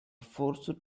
forced